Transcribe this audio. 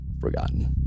forgotten